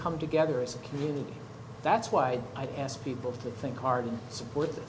come together as a community that's why i've asked people to think hard and support